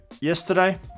yesterday